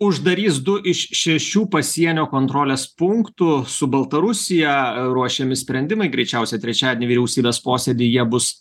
uždarys du iš šešių pasienio kontrolės punktų su baltarusija ruošiami sprendimai greičiausiai trečiadienį vyriausybės posėdyje bus